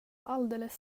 alldeles